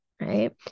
right